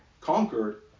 conquered